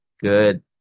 good